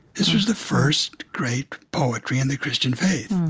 this was the first great poetry in the christian faith